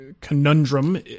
conundrum